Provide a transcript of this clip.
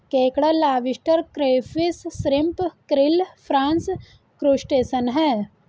केकड़ा lobster crayfish shrimp krill prawns crustacean है